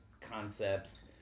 concepts